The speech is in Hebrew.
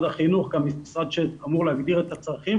החינוך כמשרד שאמור להגדיר את הצרכים,